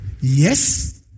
yes